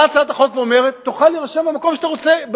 באה הצעת החוק ואומרת: תוכל להירשם במקום שאתה רוצה.